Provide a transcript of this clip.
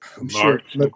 March